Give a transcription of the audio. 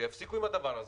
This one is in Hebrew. שיפסיקו עם הדבר הזה,